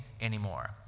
anymore